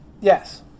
Yes